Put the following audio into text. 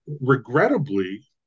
regrettably